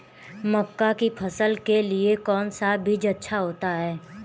मक्का की फसल के लिए कौन सा बीज अच्छा होता है?